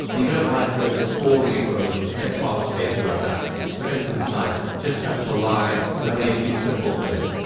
you don't write a great sprawling equation that takes half a page to write down. it's very concise, just perhaps a line with only a few symbols in it.